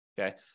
okay